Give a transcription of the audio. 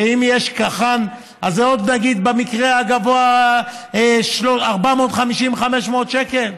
ואם יש קח"ן, נגיד במקרה הגבוה עוד 450, 500 שקל,